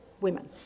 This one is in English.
women